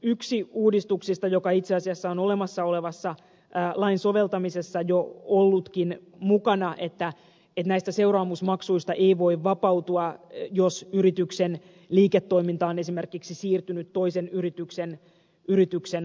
yksi uudistuksista joka itse asiassa on olemassa olevan lain soveltamisessa jo ollutkin mukana on se että näistä seuraamusmaksuista ei voi vapautua vaikka yrityksen liiketoiminta on esimerkiksi siirtynyt toisen yrityksen haltuun